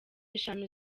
eshanu